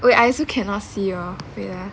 wait I also cannot see your wait ah